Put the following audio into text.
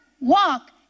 walk